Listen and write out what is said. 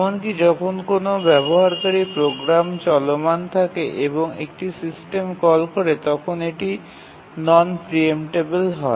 এমনকি যখন কোনও ব্যবহারকারী প্রোগ্রাম চলমান থাকে এবং একটি সিস্টেম কল করে তখন এটি নন প্রিএম্পটেবিল হয়